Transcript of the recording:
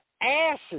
asses